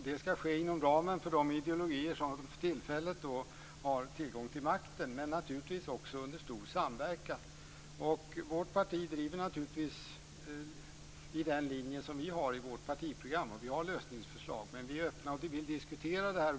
Det skall ske inom ramen för de ideologier som för tillfället har tillgång till makten men naturligtvis också i en bred samverkan. Vårt parti driver naturligtvis den linje som vi har med i vårt partiprogram. Vi har lösningsförslag men vi är öppna för diskussioner.